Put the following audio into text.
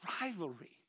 rivalry